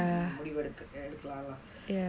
முடிவு எடுக்கு~ எடுக்குலாம்:mudivu eduku~ edukulaam lah